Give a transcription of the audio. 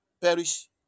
perish